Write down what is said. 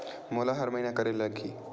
मोला हर महीना करे ल लगही?